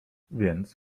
więc